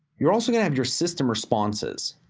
you're also gonna have your system responses.